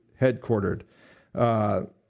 headquartered